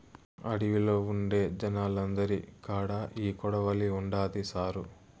అడవిలో ఉండే జనాలందరి కాడా ఈ కొడవలి ఉండాది సారూ